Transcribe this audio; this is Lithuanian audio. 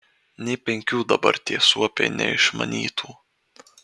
nė penkių dabar tie suopiai neišmanytų